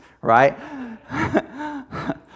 right